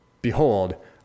Behold